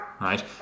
right